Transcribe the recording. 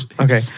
Okay